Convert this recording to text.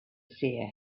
seer